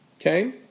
Okay